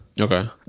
okay